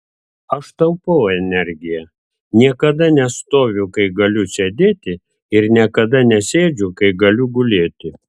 aš taupau energiją niekada nestoviu kai galiu sėdėti ir niekada nesėdžiu kai galiu gulėti